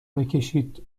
بکشید